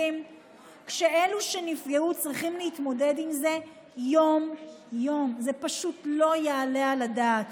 שלהם וכעת צריכים להגיע יום-יום לבין